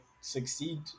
succeed